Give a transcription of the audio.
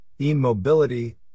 E-Mobility